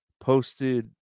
Posted